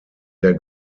der